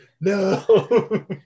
no